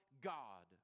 God